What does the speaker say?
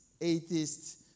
atheists